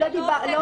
לא.